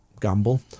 gamble